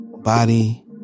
body